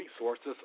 resources